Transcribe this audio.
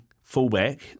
fullback